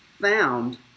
found